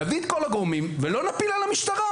נביא את כל הגורמים ולא נפיל על המשטרה.